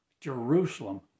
Jerusalem